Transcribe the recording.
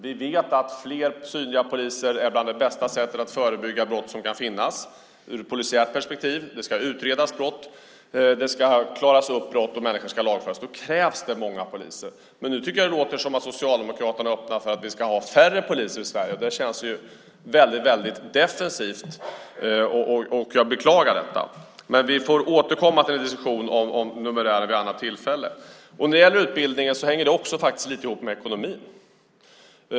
Vi vet att fler synliga poliser är ett av de bästa sätten att förebygga brott ur polisiärt perspektiv. Det ska utredas brott, det ska klaras upp brott och människor ska lagföras. Då krävs det många poliser. Det låter nu som om Socialdemokraterna är öppna för att vi ska ha färre poliser i Sverige. Det känns väldigt defensivt. Jag beklagar det. Vi återkommer till diskussionen om numerär vid annat tillfälle. Frågan om utbildning hänger också lite ihop med ekonomin.